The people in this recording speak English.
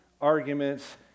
arguments